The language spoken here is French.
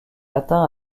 atteint